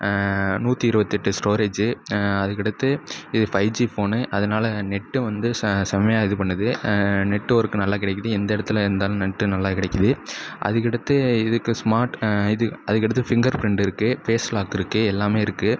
நூற்றி இருபத்தெட்டு ஸ்டோரேஜு அதுக்கடுத்து இது ஃபை ஜி ஃபோனு அதனால நெட்டு வந்து ச செமையாக இது பண்ணுது நெட்வொர்க் நல்லா கிடைக்குது எந்த இடத்துல இருந்தாலும் நெட்டு நல்லா கிடைக்குது அதுக்கடுத்து இதுக்கு ஸ்மார்ட் இது அதுக்கடுத்து ஃபிங்கர் பிரிண்ட் இருக்குது ஃபேஸ் லாக் இருக்குது எல்லாமே இருக்குது